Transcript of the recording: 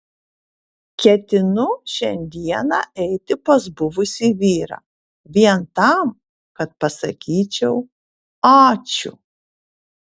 ketinu šiandieną eiti pas buvusį vyrą vien tam kad pasakyčiau ačiū